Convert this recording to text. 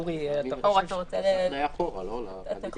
אורי, אנחנו